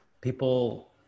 people